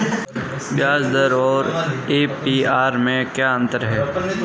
ब्याज दर और ए.पी.आर में क्या अंतर है?